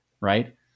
right